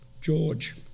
George